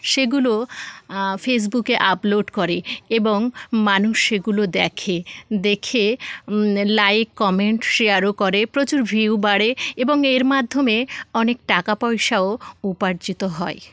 সেগুলো ফেসবুকে আপলোড করে এবং মানুষ সেগুলো দেখে দেখে লাইক কমেন্ট শেয়ারও করে প্রচুর ভিউ বাড়ে এবং এর মাধ্যমে অনেক টাকা পয়সাও উপার্জিত হয়